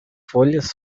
folhas